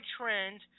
trend